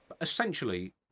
essentially